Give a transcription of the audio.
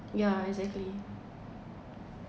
yeah exactly